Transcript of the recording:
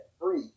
free